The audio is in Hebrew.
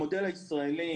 המודל הישראלי,